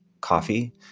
coffee